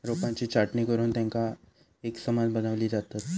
रोपांची छाटणी करुन तेंका एकसमान बनवली जातत